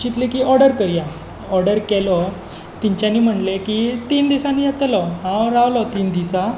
म्हूण हांवें चिंतलें की ऑर्डर करया ऑर्डर केलो तेंच्यानी म्हणलें की तीन दिसांनी येतलो हांव रावलो तीन दिसा